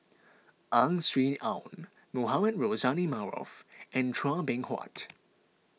Ang Swee Aun Mohamed Rozani Maarof and Chua Beng Huat